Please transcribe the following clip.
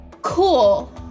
cool